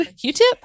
Q-tip